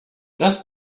das